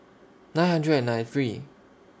nine hundred and ninety three